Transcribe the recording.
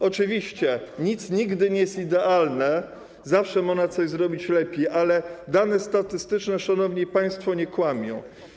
Oczywiście nic nigdy nie jest idealne, zawsze można coś zrobić lepiej, ale dane statystyczne, szanowni państwo, nie kłamią.